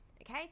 Okay